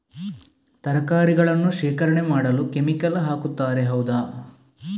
ತರಕಾರಿಗಳನ್ನು ಶೇಖರಣೆ ಮಾಡಲು ಕೆಮಿಕಲ್ ಹಾಕುತಾರೆ ಹೌದ?